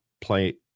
play